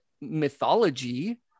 mythology